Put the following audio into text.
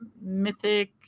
mythic